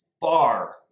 Far